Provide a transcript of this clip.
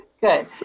good